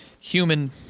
human